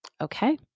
Okay